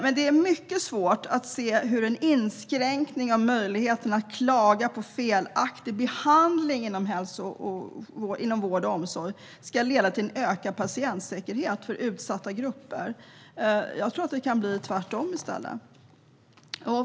Men det är mycket svårt att se hur en inskränkning av möjligheten att klaga på felaktig behandling inom vård och omsorg ska leda till en ökad patientsäkerhet för utsatta grupper. Jag tror att det kan bli tvärtom.